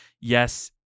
Yes